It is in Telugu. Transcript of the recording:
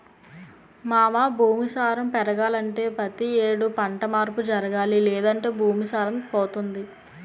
మావా భూమి సారం పెరగాలంటే పతి యేడు పంట మార్పు జరగాలి లేదంటే భూమి సారం పోతుంది